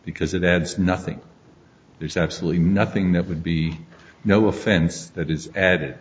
because it adds nothing there's absolutely nothing that would be no offense that is added